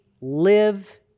live